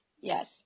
yes